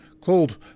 called